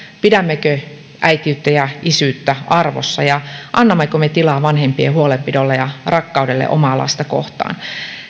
pidämmekö äitiyttä ja isyyttä arvossa ja annammeko me tilaa vanhempien huolenpidolle ja rakkaudelle omaa lasta kohtaan